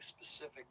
specific